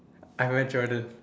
I'm a Jordan